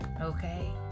okay